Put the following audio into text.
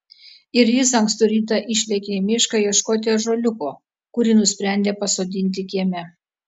ir jis ankstų rytą išlėkė į mišką ieškoti ąžuoliuko kurį nusprendė pasodinti kieme